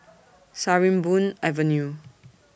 Sarimbun Avenue